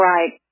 Right